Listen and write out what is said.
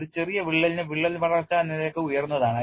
ഒരു ചെറിയ വിള്ളലിന് വിള്ളൽ വളർച്ചാ നിരക്ക് ഉയർന്നതാണ്